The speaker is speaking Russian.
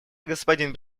господин